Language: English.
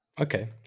okay